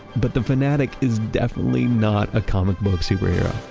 but the fanatic is definitely not a comic book superhero.